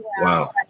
Wow